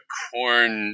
corn